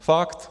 Fakt.